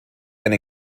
and